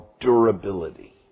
durability